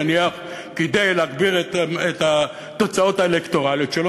נניח כדי להגביר את התוצאות האלקטורליות שלו,